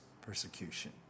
persecution